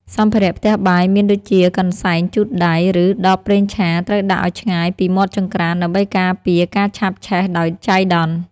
សម្ភារៈផ្ទះបាយមានដូចជាកន្សែងជូតដៃ ឬដបប្រេងឆាត្រូវដាក់ឱ្យឆ្ងាយពីមាត់ចង្ក្រានដើម្បីការពារការឆាបឆេះដោយចៃដន្យ។